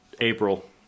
April